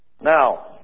Now